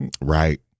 Right